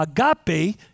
agape